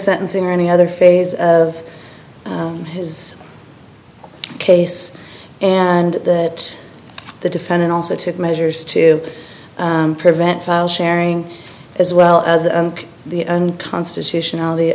sentencing or any other phase of his case and that the defendant also took measures to prevent file sharing as well as the unconstitutionality